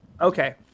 okay